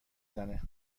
زنه